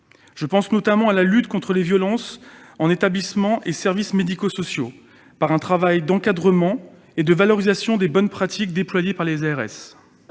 Je pense notamment à la lutte contre les violences en établissements sociaux et médico-sociaux (ESMS) par un travail d'encadrement et de valorisation des bonnes pratiques déployées par les